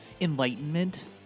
enlightenment